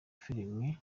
filimi